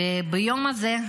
וביום הזה,